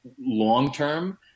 long-term